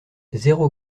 zéro